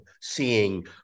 seeing